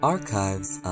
Archives